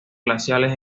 glaciares